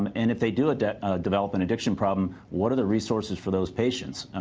and and if they do ah develop an addiction problem, what are the resources for those patients.